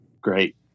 Great